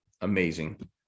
amazing